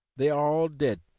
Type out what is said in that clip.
they are all dead.